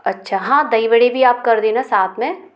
अच्छा हाँ दही वड़े भी आप कर देना साथ में